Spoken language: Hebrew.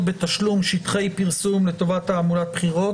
בתשלום שטחי פרסום לטובת תעמולת בחירות,